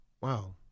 Wow